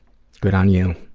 good on you.